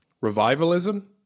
revivalism